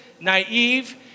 naive